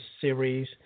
series